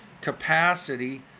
capacity